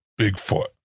Bigfoot